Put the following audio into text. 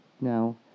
now